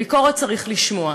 וביקורת צריך לשמוע,